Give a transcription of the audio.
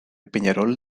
peñarol